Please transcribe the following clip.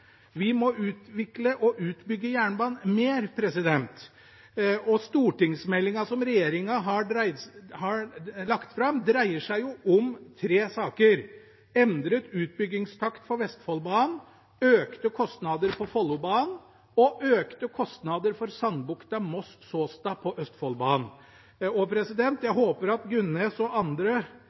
vi vil videre. Vi må utvikle og bygge ut jernbanen mer. Stortingsmeldingen som regjeringen har lagt fram, dreier seg om tre saker: endret utbyggingstakt for Vestfoldbanen, økte kostnader på Follobanen og økte kostnader for Sandbukta–Moss–Såstad på Østfoldbanen. Jeg håper at Gunnes og andre